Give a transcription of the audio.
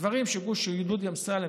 דברים שדודי אמסלם,